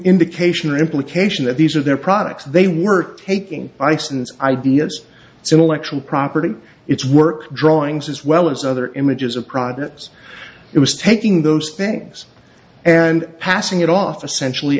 indication or implication that these are their products they were taking ice and ideas intellectual property its work drawings as well as other images of products it was taking those things and passing it off essentially